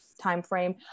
timeframe